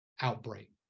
outbreak